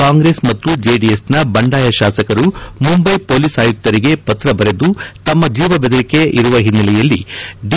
ಕಾಂಗ್ರೆಸ್ ಮತ್ತು ಜೆಡಿಎಸ್ನ ಬಂಡಾಯ ಶಾಸಕರು ಮುಂದೈ ಪೊಲೀಸ್ ಆಯುಕ್ತರಿಗೆ ಪತ್ರ ಬರೆದು ತಮಗೆ ಜೀವ ಬೆದರಿಕೆ ಇರುವ ಹಿನ್ನೆಲೆಯಲ್ಲಿ ಡಿ